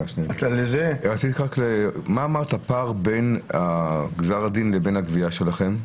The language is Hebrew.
מה אמרת שהפער בין גזר הדין לבין הגבייה שלכם?